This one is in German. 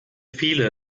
viele